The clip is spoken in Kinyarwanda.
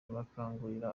bakangurira